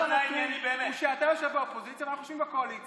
בשנה הבאה